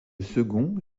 second